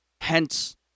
Hence